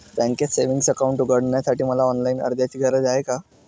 बँकेत savings account उघडण्यासाठी मला ऑनलाईन अर्जाची गरज आहे का?